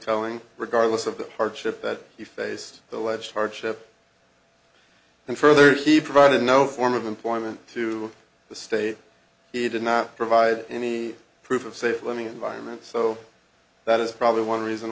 telling regardless of the hardship that you face the alleged hardship and further he provided no form of employment to the state he did not provide any proof of safe learning environment so that is probably one reason